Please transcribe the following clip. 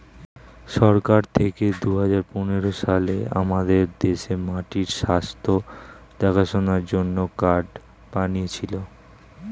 সরকার থেকে দুহাজার পনেরো সালে আমাদের দেশে মাটির স্বাস্থ্য দেখাশোনার জন্যে কার্ড বানিয়েছিলো